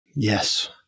Yes